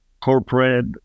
corporate